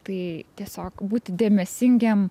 tai tiesiog būti dėmesingiem